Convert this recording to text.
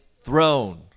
throne